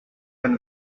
can